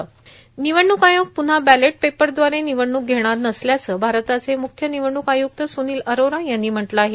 र्मानवडणूक आयोग पुन्हा बॅलट पेपरद्वारे र्मिवडणूक घेणार नसल्याचं भारताचे म्ख्य र्णनवडणूक आयुक्त स्र्यानल अरोरा यांनी म्हटलं आहे